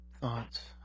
thoughts